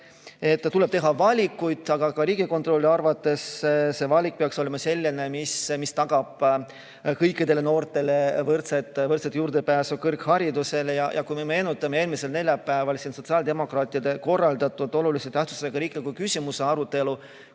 tuleb teha valikuid. Aga ka Riigikontrolli arvates peaks see valik olema selline, mis tagab kõikidele noortele võrdse juurdepääsu kõrgharidusele. Kui me meenutame eelmisel neljapäeval sotsiaaldemokraatide korraldatud olulise tähtsusega riikliku küsimuse arutelu,